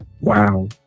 wow